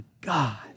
God